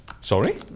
Sorry